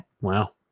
wow